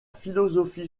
philosophie